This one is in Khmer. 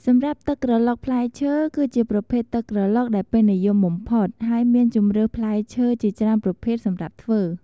សម្រាប់ទឹកក្រឡុកផ្លែឈើ គឺជាប្រភេទទឹកក្រឡុកដែលពេញនិយមបំផុត ហើយមានជម្រើសផ្លែឈើជាច្រើនប្រភេទសម្រាប់ធ្វើ។